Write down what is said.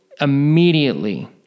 immediately